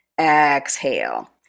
exhale